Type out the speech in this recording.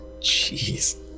jeez